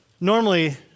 Normally